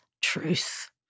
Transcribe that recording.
truth